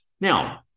Now